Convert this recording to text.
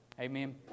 Amen